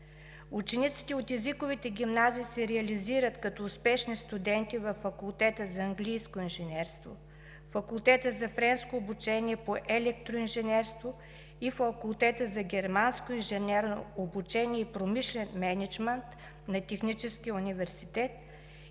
Учениците от езиковите гимназии се реализират като успешни студенти във Факултета за английско инженерство, Факултета за френско обучение по електроинженерство и Факултета за германско инженерно обучение и промишлен мениджмънт на Техническия университет